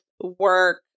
work